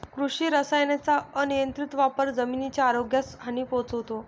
कृषी रसायनांचा अनियंत्रित वापर जमिनीच्या आरोग्यास हानी पोहोचवतो